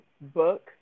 book